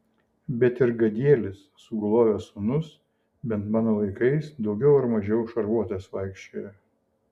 bet ir gadielis sugulovės sūnus bent mano laikais daugiau ar mažiau šarvuotas vaikščiojo